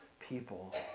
people